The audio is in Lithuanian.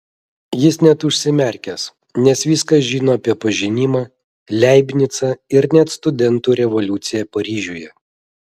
jis net užsimerkęs nes viską žino apie pažinimą leibnicą ir net studentų revoliuciją paryžiuje